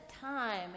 time